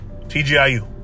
TGIU